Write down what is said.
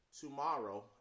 tomorrow